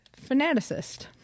Fanaticist